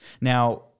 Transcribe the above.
Now